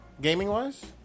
Gaming-wise